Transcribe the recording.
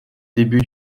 début